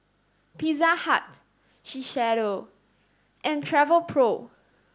Pizza Hut Shiseido and Travelpro